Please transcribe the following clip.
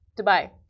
Dubai